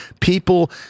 People